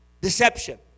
deception